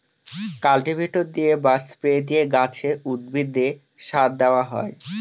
cultivator দিয়ে বা spray দিয়ে গাছে, উদ্ভিদে সার দেওয়া হয়